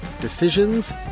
Decisions